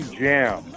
jam